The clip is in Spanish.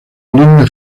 linda